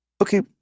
Okay